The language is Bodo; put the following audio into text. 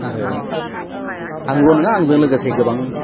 आरो आंल' नङा आंजों लोगोसे गोबां